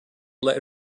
let